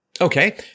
Okay